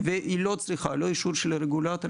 והיא לא צריכה אישור של הרגולטור.